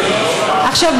עכשיו,